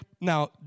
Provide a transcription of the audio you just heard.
Now